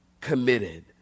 committed